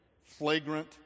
flagrant